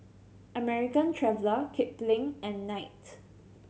American Traveller Kipling and Knight